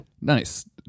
nice